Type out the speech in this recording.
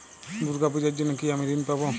দুর্গা পুজোর জন্য কি আমি ঋণ পাবো?